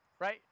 right